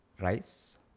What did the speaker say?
rice